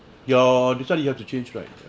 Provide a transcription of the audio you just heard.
your that's what you have to change right